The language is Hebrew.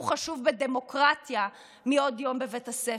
חשוב בדמוקרטיה מעוד יום בבית הספר.